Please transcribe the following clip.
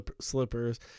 slippers